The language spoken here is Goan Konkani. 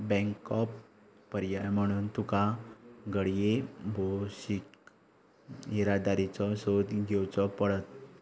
बँकॉप पर्याय म्हणून तुका घडये भौशीक येरादारीचो सोद घेवचो पडत